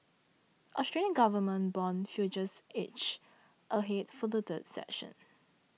Australian government bond futures inched ahead for a third session